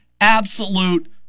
absolute